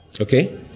Okay